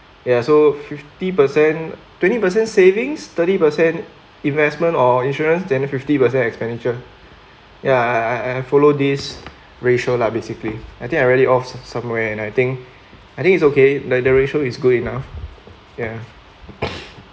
ya so fifty percent twenty percent savings thirty percent investment or insurance then fifty percent expenditure ya I I follow this ratio lah basically I think I already off somewhere and I think I think it's okay like the ratio is good enough ya